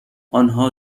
آنها